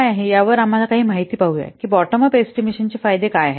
काय आहे यावर आम्हाला काही माहिती पाहूया की बॉटम अप एस्टिमेशनाचे फायदे काय आहेत